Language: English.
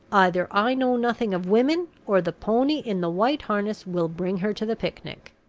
either i know nothing of women, or the pony in the white harness will bring her to the picnic.